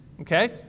Okay